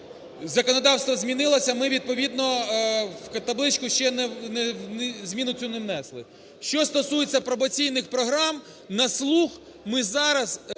Законодавство змінилися, ми відповідно у табличку ще зміну цю внесли. Що стосується пробаційних програм, на слух ми зараз